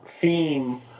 theme